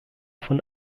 von